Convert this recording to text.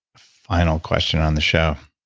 final question on the show.